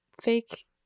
fake